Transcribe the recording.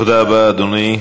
תודה רבה, אדוני.